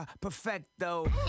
Perfecto